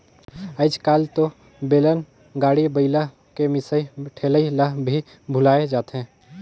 आयज कायल तो बेलन, गाड़ी, बइला के मिसई ठेलई ल भी भूलाये जाथे